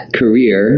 career